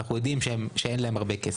ואנחנו יודעים שאין להם הרבה כסף,